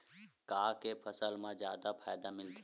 का के फसल मा जादा फ़ायदा मिलथे?